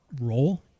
role